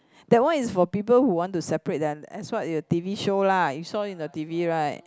that one is for people who want to separate them as what the T_V show lah you saw it on the T_V right